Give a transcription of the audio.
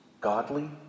godly